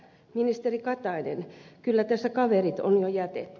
ministeri katainen kyllä tässä kaverit on jo jätetty